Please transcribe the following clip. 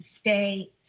stay